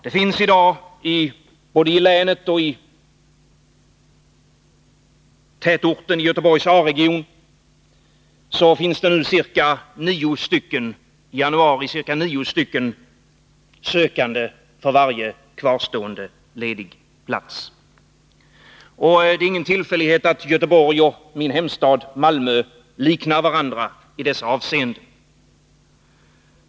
Det finns i dag både i länet ochi 15 februari 1982 tätorten Göteborgs A-region i januari ca nio sökande för varje kvarstående ledig plats. Det är ingen tillfällighet att Göteborg och min hemstad Malmö liknar varandra i dessa avseenden.